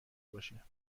باشه